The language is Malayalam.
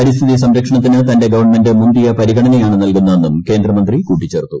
പരിസ്ഥിതി സംരക്ഷണത്തിന് തന്റെ ഗവൺമെന്റ് മുന്തിയ പരിഗണനയാണ് നൽകുന്നതെന്നും കേന്ദ്രമന്ത്രി കൂട്ടിച്ചേർത്തു